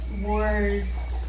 wars